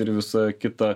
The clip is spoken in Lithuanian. ir visą kitą